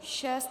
6.